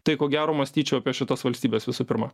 tai ko gero mąstyčiau apie šitas valstybes visų pirma